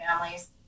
families